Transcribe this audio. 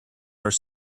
are